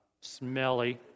smelly